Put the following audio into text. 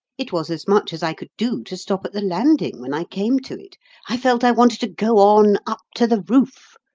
it was as much as i could do to stop at the landing when i came to it i felt i wanted to go on up to the roof.